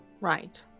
Right